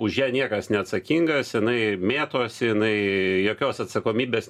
už ją niekas neatsakingas jinai mėtosi jinai jokios atsakomybės